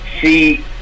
see